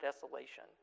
desolation